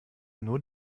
nur